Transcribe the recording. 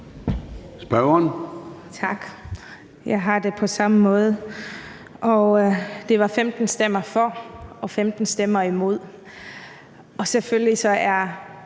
(LA): Tak. Jeg har det på samme måde, og det var 15 stemmer for og 15 stemmer imod, og selvfølgelig er